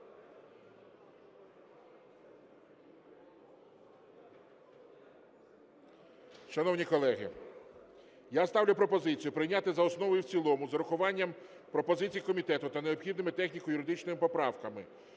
Шановні колеги, я ставлю пропозицію прийняти за основу і в цілому з урахуванням пропозицій комітету та необхідними техніко-юридичними поправками